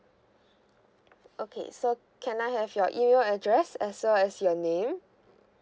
okay so can I have your email address as well as your name